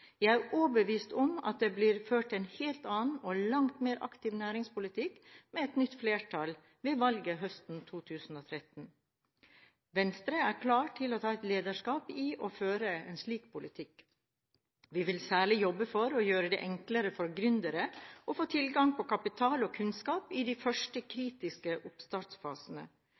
overbevist om at det vil bli ført en helt annen og langt mer aktiv næringspolitikk med et nytt flertall etter valget høsten 2013. Venstre er klar til å ta et lederskap for å føre en slik politikk. Vi vil særlig jobbe for å gjøre det enklere for gründere å få tilgang på kapital og kunnskap i den første, kritiske